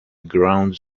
grounds